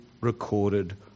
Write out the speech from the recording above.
recorded